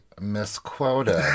misquoted